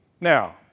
Now